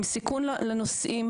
אלא עם סיכון לנוסעים.